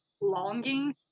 longing